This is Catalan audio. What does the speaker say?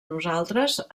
nosaltres